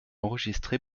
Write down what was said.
enregistré